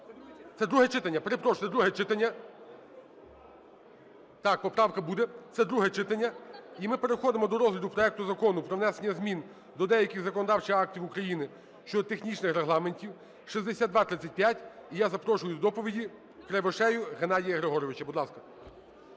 Це друге читання. Перепрошую, це – друге читання. Так, поправка буде. Це – друге читання. І ми переходимо до розгляду проекту Закону про внесення змін до деяких законодавчих актів України щодо технічних регламентів (6235), і я запрошую до доповіді Кривошею Геннадія Григоровича. Будь ласка.